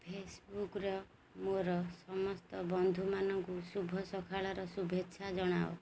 ଫେସବୁକ୍ର ମୋର ସମସ୍ତ ବନ୍ଧୁମାନଙ୍କୁ ଶୁଭ ସକାଳର ଶୁଭେଚ୍ଛା ଜଣାଅ